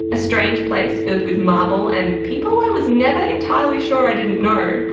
a strange place filled with marble and people i was never entirely sure i didn't know.